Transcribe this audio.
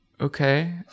okay